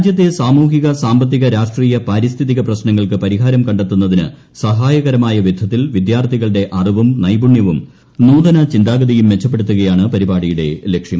രാജ്യത്തെ സാമൂഹിക സാമ്പത്തിക രാഷ്ട്രീയ പാരിസ്ഥിതിക പ്രശ്നങ്ങൾക്ക് പരിഹാരം കണ്ടെത്തുന്നതിന് സഹായകരമായ വിധത്തിൽ വിദ്യാർത്ഥികളുടെ അറിവും നൈപുണ്യവും നൂതന ചിന്താഗതിയും മെച്ചപ്പെടുത്തുകയാണ് പരിപാടിയുടെ ലക്ഷ്യം